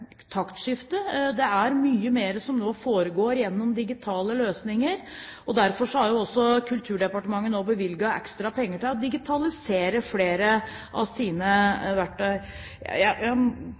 taktskifte. Det er mye mer som nå foregår gjennom digitale løsninger, og derfor har Kulturdepartementet nå bevilget ekstra penger til å digitalisere flere av sine verktøy. Avslutningsvis har jeg